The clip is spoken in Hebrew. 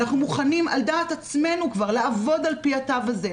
אנחנו מוכנים על דעת עצמנו כבר לעבוד על פי התו הזה,